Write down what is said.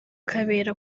kabera